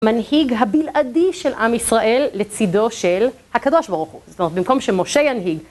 מנהיג הבלעדי של עם ישראל לצידו של הקדוש ברוך הוא, זאת אומרת במקום שמשה ינהיג